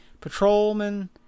Patrolman